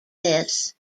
this